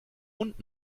und